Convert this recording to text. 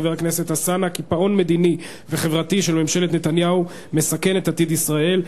הקיפאון המדיני והחברתי של ממשלת נתניהו מסכן את עתיד ישראל,